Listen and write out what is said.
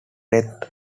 death